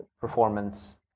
performance